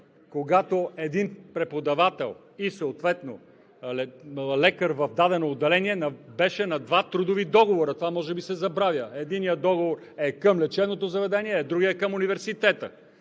че един преподавател, съответно лекар в дадено отделение, беше на два трудови договора – това може би се забравя – единият договор към лечебното заведение, а другият към университета.